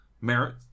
merit